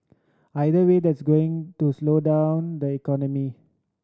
either way that's going to slow down the economy